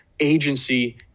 Agency